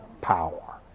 power